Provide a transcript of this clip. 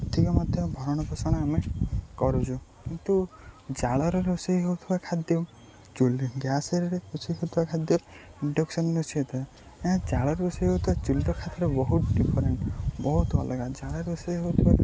ଅଧିକ ମଧ୍ୟ ଭରଣପୋଷଣ ଆମେ କରୁଛୁ କିନ୍ତୁ ଜାଳରେ ରୋଷେଇ ହେଉଥିବା ଖାଦ୍ୟ ଚୁଲି ଗ୍ୟାସ୍ରେ ରୋଷେଇ ହେଉଥିବା ଖାଦ୍ୟ ଇଣ୍ଡକ୍ସନ୍ରେ ରୋଷେଇ ହୋଇ ଏହା ଜାଳରେ ରୋଷେଇ ହ ଉଥିବା ଚୁଲିର ଖାଦ୍ୟ ବହୁତ ଡିଫରେଣ୍ଟ୍ ବହୁତ ଅଲଗା ଜାଳରେ ରୋଷେଇ ହେଉଥିବା ଖାଦ୍ୟ